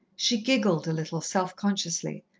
she giggled a little, self-consciously,